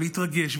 ולהתרגש,